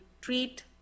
treat